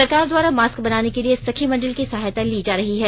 सरकार द्वारा मास्क बनाने के लिए सखी मंडल की सहायता ली जा रही है